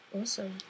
awesome